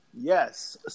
Yes